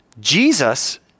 Jesus